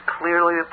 clearly